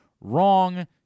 wrong